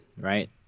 right